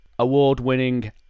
award-winning